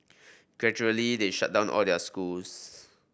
gradually they shut down all their schools